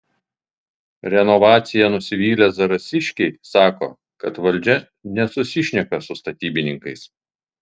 renovacija nusivylę zarasiškiai sako kad valdžia nesusišneka su statybininkais